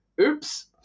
oops